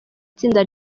itsinda